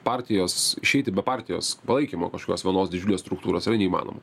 partijos išeiti be partijos palaikymo kažkokios vienos didžiulės struktūros yra neįmanoma